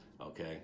okay